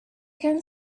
can